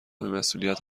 بیمسئولیت